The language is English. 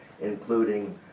including